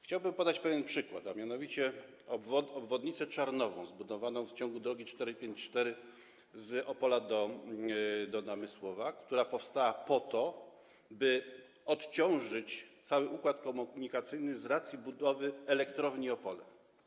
Chciałbym podać pewien przykład, a mianowicie obwodnicę Czarnowąsów zbudowaną w ciągu drogi 454 z Opola do Namysłowa, która powstała po to, by odciążyć cały układ komunikacyjny z racji budowy Elektrowni Opole.